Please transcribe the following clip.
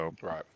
Right